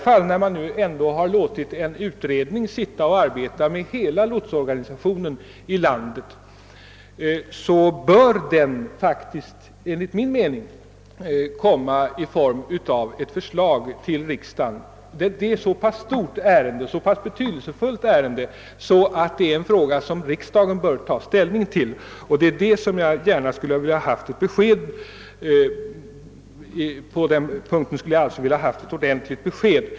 Men när man ändå låtit en utredning arbeta med lotsorganisationen för landet i dess helhet, bör dess förslag enligt min mening så småningom behandlas i riksdagen. Det är ett så pass stort och betydelsefullt ärende att riksdagen bör få ta ställning till det. Det är på denna punkt jag skulle ha önskat ett ordentligt besked.